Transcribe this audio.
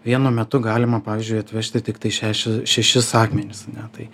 vienu metu galima pavyzdžiui atvežti tiktai šešia šešis akmenis ane tai